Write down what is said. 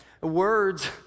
Words